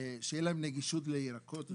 שתהיה להם נגישות לירקות ופירות.